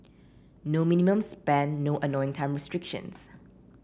no minimum spend no annoying time restrictions